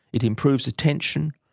it improves attention,